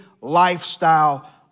lifestyle